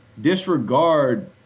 disregard